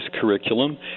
curriculum